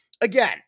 again